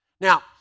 Now